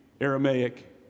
Aramaic